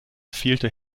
fehlte